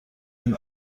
این